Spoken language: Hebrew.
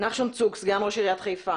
נחשון צוק, סגן ראש עיריית חיפה.